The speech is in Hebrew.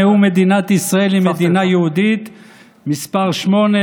נאום מדינת ישראל היא מדינה יהודית מס' 8,